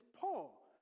paul